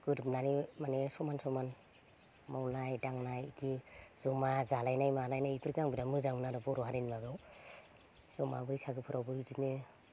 गोरोबनानै माने समान समान मावनाय दांनाय इदि जमा जालायनाय मालायनाय एफोरखो आं बिराद मोजां मोनो आरखि बर'हारिनि माबायाव जमा बैसागो फोरावबो बिदिनो